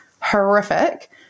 horrific